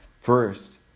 first